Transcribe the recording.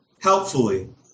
helpfully